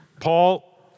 Paul